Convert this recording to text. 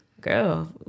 girl